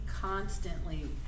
constantly